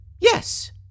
Yes